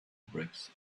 bricks